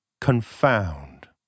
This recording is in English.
confound